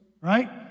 right